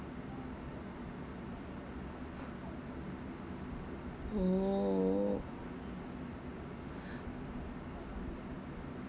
oh